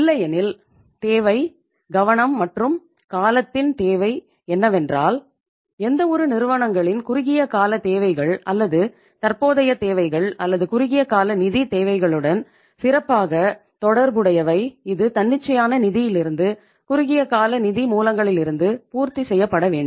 இல்லையெனில் தேவை கவனம் மற்றும் காலத்தின் தேவை என்னவென்றால் எந்தவொரு நிறுவனங்களின் குறுகிய கால தேவைகள் அல்லது தற்போதைய தேவைகள் அல்லது குறுகிய கால நிதித் தேவைகளுடன் சிறப்பாக தொடர்புடையவை இது தன்னிச்சையான நிதியிலிருந்து குறுகிய கால நிதி மூலங்களிலிருந்து பூர்த்தி செய்யப்பட வேண்டும்